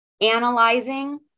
analyzing